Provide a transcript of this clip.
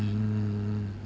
mm